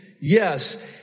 Yes